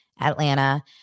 Atlanta